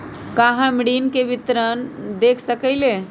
का हम ऋण के विवरण देख सकइले?